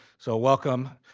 so welcome.